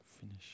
finish